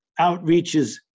outreaches